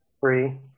free